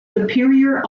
superior